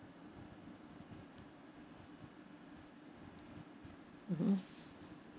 mmhmm